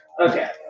Okay